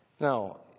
Now